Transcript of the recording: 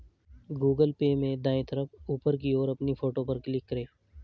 Google Pay में दाएं तरफ ऊपर की ओर अपनी फोटो पर क्लिक करें